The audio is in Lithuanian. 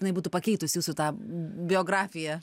jinai būtų pakeitus jūsų tą biografiją